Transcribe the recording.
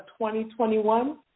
2021